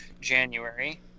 January